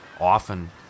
often